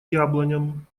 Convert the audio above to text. яблоням